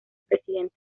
presidente